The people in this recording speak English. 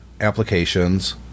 applications